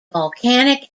volcanic